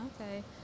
Okay